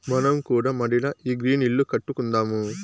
మనం కూడా మడిల ఈ గ్రీన్ ఇల్లు కట్టుకుందాము